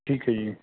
ਠੀਕ ਹੈ ਜੀ